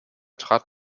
trat